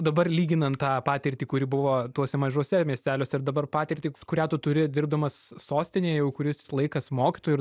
dabar lyginant tą patirtį kuri buvo tuose mažuose miesteliuose ir dabar patirtį kurią tu turi dirbdamas sostinėj jau kuris laikas mokytoju ir